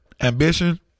ambition